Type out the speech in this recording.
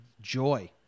Joy